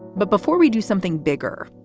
but before we do something bigger,